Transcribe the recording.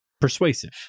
persuasive